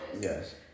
yes